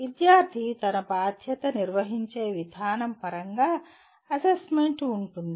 విద్యార్థి తన బాధ్యత నిర్వహించే విధానం పరంగా అసెస్మెంట్ ఉంటుంది